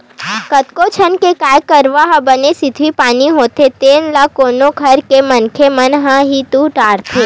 कतको झन के गाय गरु ह बने सिधवी बानी होथे तेन ल ओखर घर के मनखे मन ह ही दूह डरथे